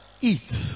eat